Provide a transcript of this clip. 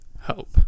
hope